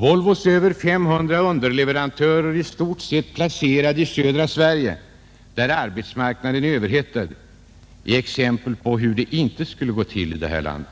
Volvos över 500 underleverantörer är i stort sett placerade i södra Sverige, där arbetsmarknaden är överhettad. Så skall det inte gå till i detta land.